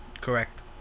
correct